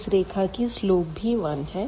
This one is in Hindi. इस रेखा की स्लोप भी 1 है